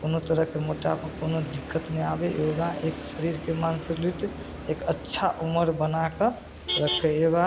कोनो तरहके मोटापा कोनो दिक्कत नहि आबै योगा एक शरीरके मानि कऽ लू तऽ एक अच्छा उमर बना कऽ रक्खे योगा